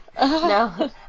No